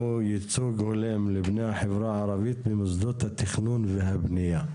שהוא ייצוג הולם לבני החברה הערבית במוסדות התכנון והבנייה.